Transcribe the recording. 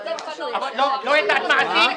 להפסיק.